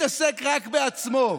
מתעסק רק בעצמו.